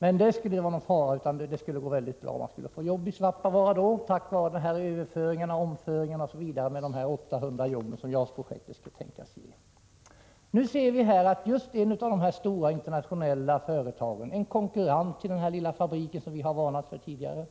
Men det skulle inte alls vara någon fara, utan det skulle gå så bra och Svappavaara skulle få jobb tack vare överföringarna från de 800 arbetstillfällen som JAS-projektet skulle ge. Nu ser vi att just ett av de stora internationella företagen, en konkurrent till den lilla fabriken som vi har varnat för tidigare,